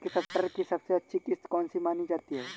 मटर की सबसे अच्छी किश्त कौन सी मानी जाती है?